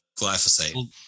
glyphosate